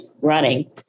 running